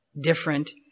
different